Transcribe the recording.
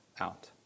out